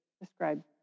describe